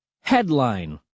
Headline